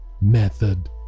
method